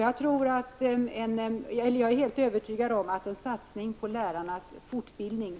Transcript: Jag är helt övertygad om att en satsning på lärarnas fortbildning